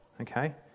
Okay